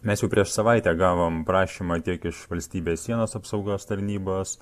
mes jau prieš savaitę gavom prašymą tiek iš valstybės sienos apsaugos tarnybos